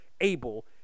able